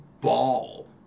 ball